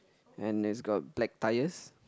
and it's got black tires